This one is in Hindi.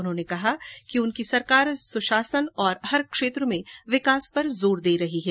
उन्होने कहा कि उनकी सरकार सुशासन और हर क्षेत्र में विकास पर जोर दे रही है